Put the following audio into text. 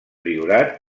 priorat